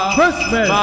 Christmas